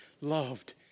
loved